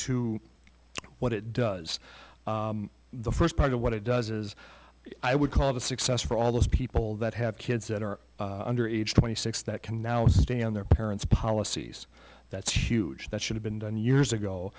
two what it does the first part of what it does is i would call it a success for all those people that have kids that are under age twenty six that can now stay on their parents policies that's huge that should have been done years ago